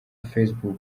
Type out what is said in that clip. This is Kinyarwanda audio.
facebook